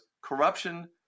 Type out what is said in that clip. corruption